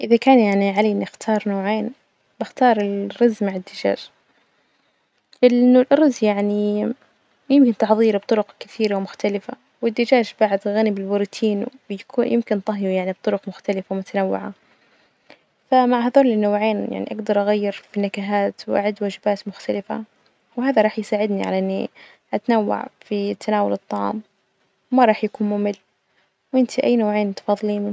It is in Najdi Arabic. إذا كان يعني علي إني أختار نوعين بختار الرز مع الدجاج، لإنه الأرز يعني يمكن تحظيره بطرق كثيرة ومختلفة، والدجاج بعده غني بالبروتين وبي- يمكن طهيه يعني بطرق مختلفة ومتنوعة، فمع هذول النوعين يعني أجدر أغير في النكهات وأعد وجبات مختلفة، وهذا راح يساعدني على إني أتنوع في تناول الطعام، ما راح يكون ممل، وإنتي أي نوعين تفضلين؟